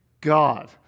God